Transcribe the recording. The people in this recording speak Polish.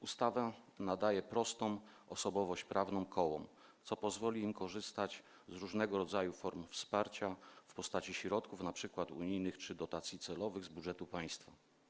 Ustawa nadaje prostą osobowość prawną kołom, co pozwoli im korzystać z różnego rodzaju form wsparcia, np. w postaci środków unijnych czy dotacji celowych z budżetu państwa.